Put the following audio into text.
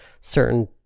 certain